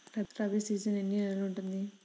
Rabi season ఎన్ని నెలలు ఉంటుంది?